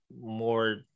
more